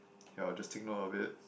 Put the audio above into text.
yea just take note of it